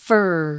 Fur